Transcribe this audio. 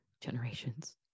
generations